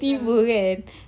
tiba kan